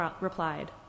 replied